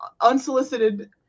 unsolicited